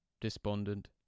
despondent